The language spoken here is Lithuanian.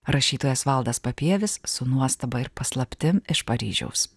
rašytojas valdas papievis su nuostaba ir paslaptim iš paryžiaus